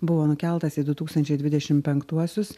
buvo nukeltas į du tūkstančiai dvidešimt penktuosius